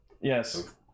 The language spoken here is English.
Yes